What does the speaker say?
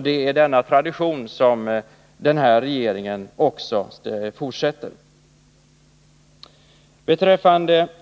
Det är denna tradition som den här regeringen fortsätter.